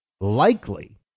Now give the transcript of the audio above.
likely